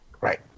Right